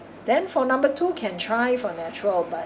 then for number two can try for natural but